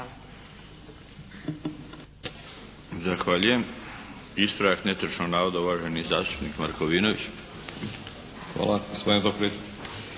Zahvaljujem. Ispravak netočnog navoda uvaženi zastupnik Markovinović. **Markovinović,